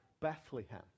Bethlehem